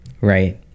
Right